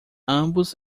ambos